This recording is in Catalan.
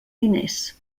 diners